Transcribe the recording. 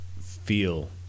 feel